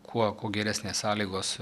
kuo kuo geresnės sąlygos